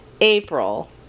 April